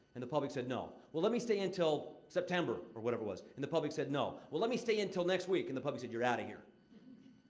and the public said, no. well, let me stay until september, or whatever it was, and the public said, no. well, let me stay until next week, and the public said, you're outta here.